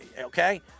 Okay